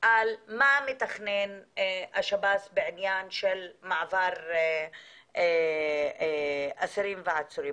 על מה מתכנן השב"ס בעניין של מעבר אסירים ועצורים,